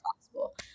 possible